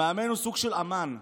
המאמן הוא סוג של אומן,